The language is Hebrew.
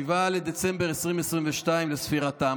7 בדצמבר 2022 לספירתם,